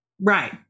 Right